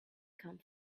come